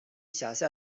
辖下